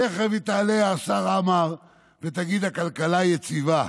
תכף תעלה, השר עמאר, ותגיד: הכלכלה יציבה.